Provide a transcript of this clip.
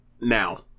now